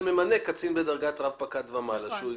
ממנה קצין בדרגת רב-פקד ומעלה שהוא הסמיך.